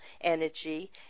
energy